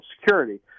security